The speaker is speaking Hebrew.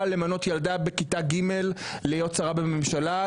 למנות ילדה בכיתה ג' להיות שרה בממשלה,